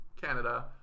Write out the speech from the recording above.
Canada